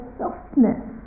softness